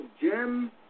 gem